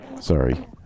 Sorry